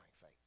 faith